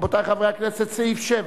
רבותי חברי הכנסת, לסעיף 7,